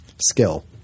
skill